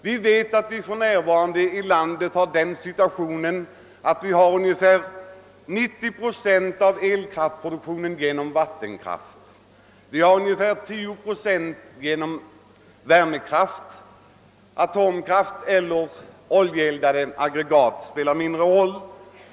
Vi vet att vi för närvarande befinner oss i den situationen att ungefär 90 procent av all elektrisk kraft produceras genom vattenkraft, ungefär 10 procent genom värmekraft; atomkraft och oljeeldade aggregat spelar mindre roll.